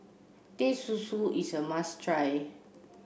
Teh Susu is a must try